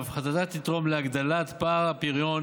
והפחתתה תתרום להגדלת פער הפריון